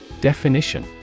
Definition